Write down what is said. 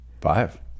five